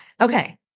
Okay